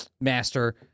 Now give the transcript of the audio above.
master